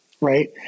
right